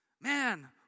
Man